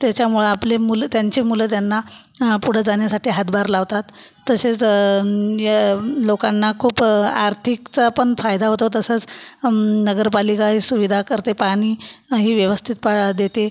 त्यच्यामुळं आपली मुलं त्यांची मुलं त्यांना पुढं जाण्यासाठी हातभार लावतात तसेच लोकांना खूप आर्थिकचा पण फायदा होतो तसंच नगरपालिका ही सुविधा करते पाणीही व्यवस्थित देते